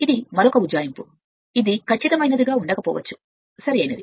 ఇది మరొక ఉజ్జాయింపు ఇది ఖచ్చితమై ఉండకపోవచ్చు సరైనది